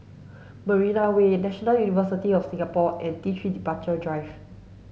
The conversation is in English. Marina Way National University of Singapore and T three Departure Drive